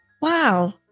Wow